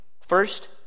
First